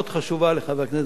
לחבר הכנסת דוד אזולאי,